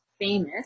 famous